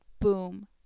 boom